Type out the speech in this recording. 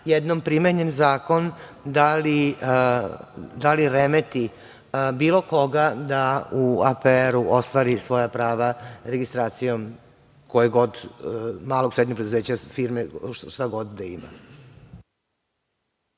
jednom primenjen zakon, da li remeti bilo koga da u APR ostvari svoja prava registracijom kojeg god, malog, srednjeg preduzeća, firme, šta god da ima.